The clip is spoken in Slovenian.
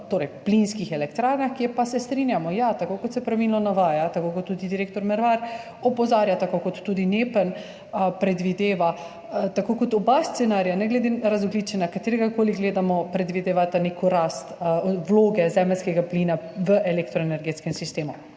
v plinskih elektrarnah, kjer pa se strinjamo, ja, tako kot se pravilno navaja, tako kot tudi direktor Mervar opozarja, tako kot predvideva tudi NEPN, tako kot oba scenarija, ne glede na razogljičenje, kateregakoli gledamo, predvidevata neko rast vloge zemeljskega plina v elektroenergetskem sistemu,